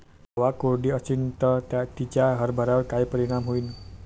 हवा कोरडी अशीन त तिचा हरभऱ्यावर काय परिणाम होईन?